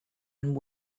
and